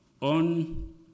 on